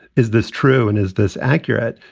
is this true and is this accurate?